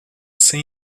sem